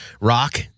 rock